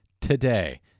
today